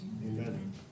Amen